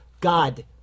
God